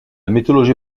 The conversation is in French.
mythologie